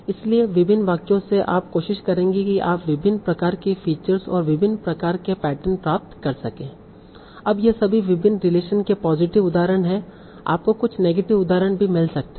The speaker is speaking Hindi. इसलिए विभिन्न वाक्यों से आप कोशिश करेंगे कि आप विभिन्न प्रकार की फीचर्स और विभिन्न प्रकार के पैटर्न प्राप्त कर सकें अब ये सभी विभिन्न रिलेशन के पॉजिटिव उदाहरण हैं आपको कुछ नेगेटिव उदहारण भी मिल सकते हैं